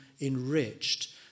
enriched